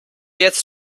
jetzt